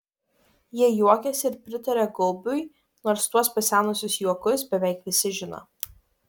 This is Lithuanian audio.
jie juokiasi ir pritaria gaubiui nors tuos pasenusius juokus beveik visi žino